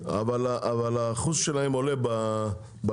אבל האחוז שלהם עולה במכלול,